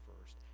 first